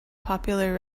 popular